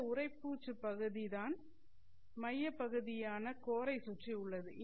இந்த உறைப்பூச்சு பகுதிதான் மையப்பகுதியான கோரை சுற்றி உள்ளது